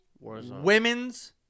Women's